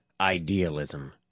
Idealism